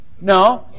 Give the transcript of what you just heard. No